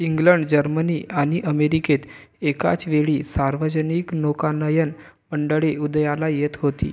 England Germany आणि अमेरिकेत एकाच वेळी सार्वजनिक नौकानयन मंडळे उदयाला येत होती